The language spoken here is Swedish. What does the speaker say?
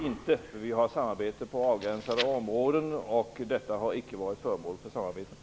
Vi har ett samarbete på avgränsade områden, och detta har icke varit föremål för samarbete.